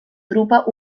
drupa